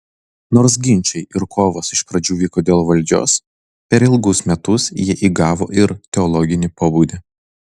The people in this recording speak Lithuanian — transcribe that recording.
nors ginčai ir kovos iš pradžių vyko dėl valdžios per ilgus metus jie įgavo ir teologinį pobūdį